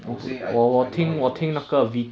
I would say I I don't know how you mouse